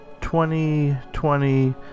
2020